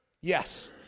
Yes